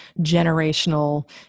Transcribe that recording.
generational